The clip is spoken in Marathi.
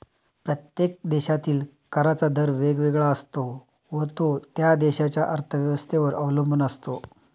प्रत्येक देशातील कराचा दर वेगवेगळा असतो व तो त्या देशाच्या अर्थव्यवस्थेवर अवलंबून असतो